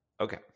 Okay